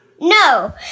no